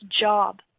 job